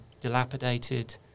dilapidated